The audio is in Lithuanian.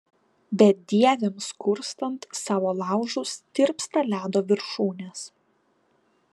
bedieviams kurstant savo laužus tirpsta ledo viršūnės